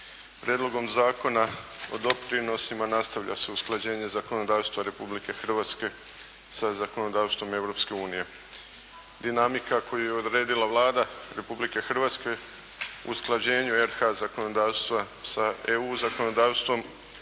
Prijedlogom zakona o doprinosima nastavlja se usklađenje zakonodavstva Republike Hrvatske sa zakonodavstvom Europske unije. Dinamika koju je odredila Vlada Republike Hrvatske usklađenju RH zakonodavstva sa EU zakonodavstvom u